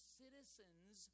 citizens